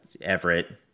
Everett